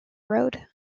road